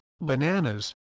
bananas